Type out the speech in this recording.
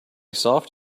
soft